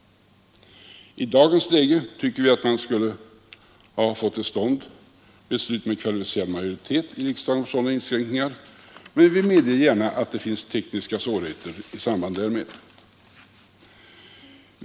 I dagens läge tycker vi att man skulle ha fått till stånd beslut om en kvalificerad majoritet i riksdagen för sådana inskränkningar, men vi medger gärna att det finns tekniska svårigheter i samband därmed.